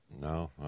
No